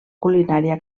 culinària